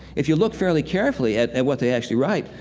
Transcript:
if you look fairly carefully at at what they actually write,